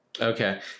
okay